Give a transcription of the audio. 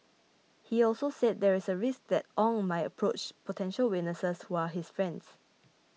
he also said there is a risk that Ong might approach potential witnesses who are his friends